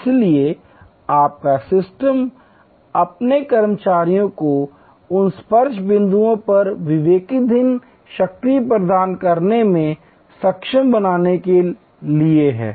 इसलिए आपका सिस्टम अपने कर्मचारियों को उन स्पर्श बिंदुओं पर विवेकाधीन शक्ति प्रदान करने में सक्षम बनाने के लिए है